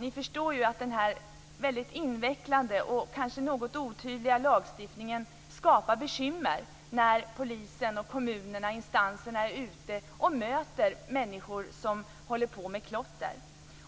Ni förstår ju att denna väldigt invecklade och kanske något otydliga lagstiftning skapar bekymmer när polisen, kommunerna och instanserna är ute och möter människor som håller på med klotter.